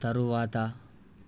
తరువాత